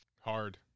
Hard